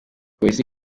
polisi